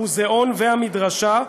המוזיאון והמדרשה,